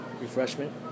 Refreshment